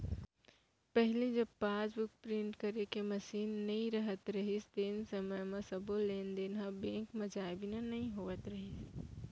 पहिली जब passbook print करे के मसीन नइ रहत रहिस तेन समय म सबो लेन देन ह बेंक म जाए बिना नइ होवत रहिस